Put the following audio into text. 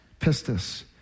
Pistis